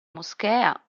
moschea